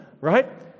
Right